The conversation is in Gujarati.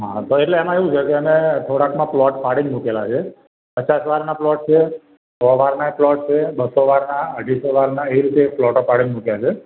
હા તો એટલે એમાં એવું છે કે અમે થોડાકમાં પ્લોટ પાડીને મૂકેલાં છે પચાસ વારના પ્લૉટ છે સો વારના પ્લોટ છે બસો વારના અઢીસો વારના એ રીતે પ્લોટો પાડીને મૂક્યા છે